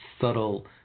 subtle